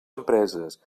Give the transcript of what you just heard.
empreses